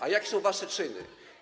A jakie są wasze czyny?